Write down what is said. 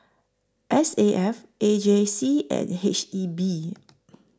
S A F A J C and H E B